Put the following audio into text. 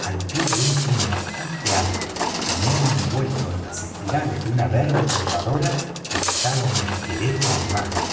al pie de un pino bastante alto y medio envuelto en las espirales de una verde trepadora estaba un esqueleto humano